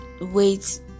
wait